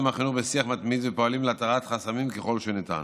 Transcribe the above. החינוך ופועל להתרת חסמים ככל שניתן.